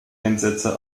einsätze